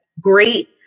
great